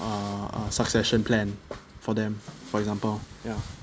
uh uh succession plan for them for example ya